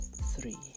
Three